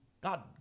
God